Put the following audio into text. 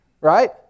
Right